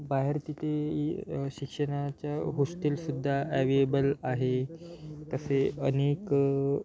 बाहेर तिथे य शिक्षणाच्या होस्टेलसुद्धा ॲवेयेबल आहे तसे अनेक